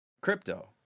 crypto